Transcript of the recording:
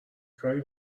کاری